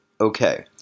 Okay